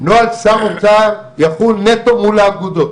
נוהל שר אוצר יחול נטו מול האגודות.